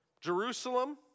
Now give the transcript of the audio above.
Jerusalem